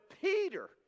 Peter